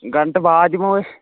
گَنٛٹہٕ بعد یِمو أسۍ